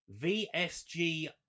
VSG